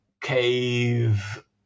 cave